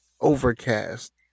overcast